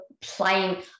playing